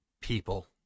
people